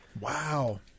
Wow